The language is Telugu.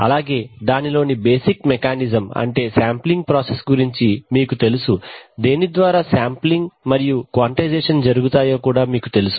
అలాగే దానిలోని బేసిక్ మెకానిజం అంటే శాంప్లింగ్ ప్రాసెస్ గురించి మీకు తెలుసు దేని ద్వారా శాంప్లింగ్ మరియు క్వాంటైజేషన్ జరుగుతాయో మీకు తెలుసు